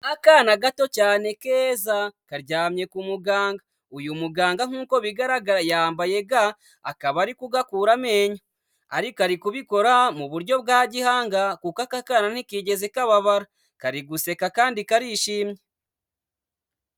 Akana gato cyane keza karyamye ku muganga. Uyu muganga nk'uko bigaragara yambaye ga, akaba ari kugakura amenyo, ariko ari kubikora mu buryo bwa gihanga kuko aka kana ntikigeze kababara, kari guseka kandi karishimye.